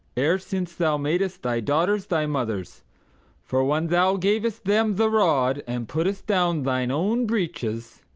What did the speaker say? e'er since thou mad'st thy daughters thy mothers for when thou gav'st them the rod, and puttest down thine own breeches,